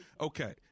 Okay